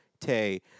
Tay